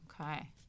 Okay